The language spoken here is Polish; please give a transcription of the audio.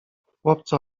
chłopcy